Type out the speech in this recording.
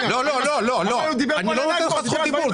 לא, לא, לא, אני לא נותן לך זכות דיבור.